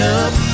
up